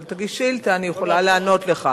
אבל תגיש שאילתא, אני יכולה לענות לך.